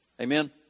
Amen